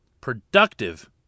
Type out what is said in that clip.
productive